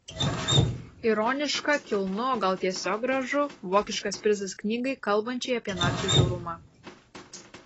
ironiška kilnu o gal tiesiog gražu vokiškas prizas knygai kalbančiai apie nacių žiaurumą